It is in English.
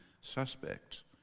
suspects